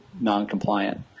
non-compliant